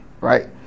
right